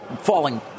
falling